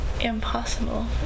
impossible